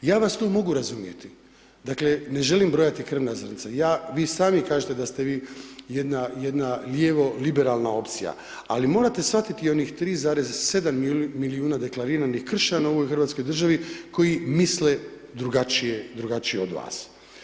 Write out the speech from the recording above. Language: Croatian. Ja vas tu mogu razumjeti, dakle ne želim brojati krvna zrnca, vi sami kažete da ste vi jedna lijevo liberalna opcija ali morate shvatiti i onih 3,7 milijuna deklariranih kršćana u ovoj hrvatskoj državi koji misle drugačije od vas.